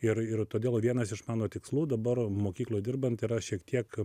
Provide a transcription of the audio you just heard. ir ir todėl vienas iš mano tikslų dabar mokykloj dirbant yra šiek tiek